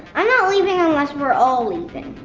i'm not leaving unless we're all leaving.